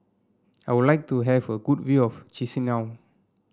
I would like to have a good view of Chisinau